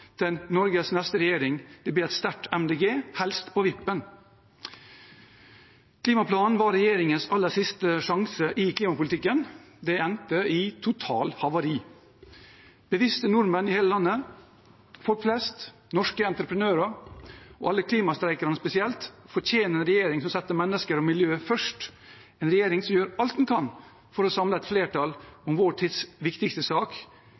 til Norges neste regjering, vil bli et sterkt Miljøpartiet De Grønne, helst på vippen. Klimaplanen var regjeringens aller siste sjanse i klimapolitikken. Det endte i totalhavari. Bevisste nordmenn i hele landet, folk flest, norske entreprenører og alle klimastreikerne spesielt fortjener en regjering som setter mennesker og miljø først – en regjering som gjør alt den kan for å samle et flertall om vår tids viktigste sak,